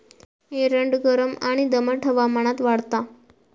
एरंड गरम आणि दमट हवामानात वाढता